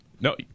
No